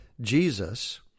Jesus